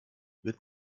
wird